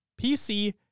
PC